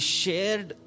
shared